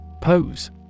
Pose